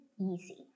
Easy